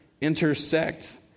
intersect